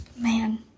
Man